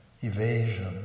evasion